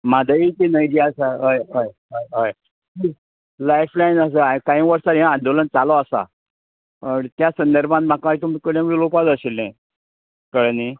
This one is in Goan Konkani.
म्हादईची न्हंय जी आसा हय हय हय लायफ लायन आसा कांय वर्सां हें आंदोलन चालू आसा त्या संदर्भांत म्हाका तुमचे कडेन उलोवपाक जाय आशिल्लें कळ्ळें न्हय